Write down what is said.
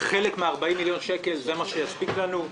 חלק מה-40 מיליון שקל זה מה שיספיק לנו?